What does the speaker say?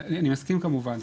אני מסכים כמובן.